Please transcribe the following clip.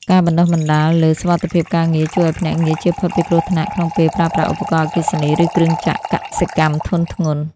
ការបណ្ដុះបណ្ដាលលើ "សុវត្ថិភាពការងារ" ជួយឱ្យភ្នាក់ងារជៀសផុតពីគ្រោះថ្នាក់ក្នុងពេលប្រើប្រាស់ឧបករណ៍អគ្គិសនី ឬគ្រឿងចក្រកសិកម្មធុនធ្ងន់។